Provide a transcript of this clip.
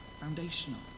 foundational